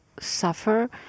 suffer